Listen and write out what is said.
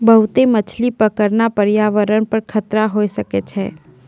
बहुते मछली पकड़ना प्रयावरण पर खतरा होय सकै छै